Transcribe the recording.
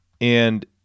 and-